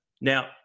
Now